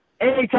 Anytime